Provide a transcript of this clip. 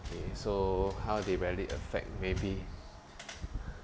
okay so how they rarely affect maybe